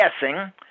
guessing